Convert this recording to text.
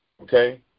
Okay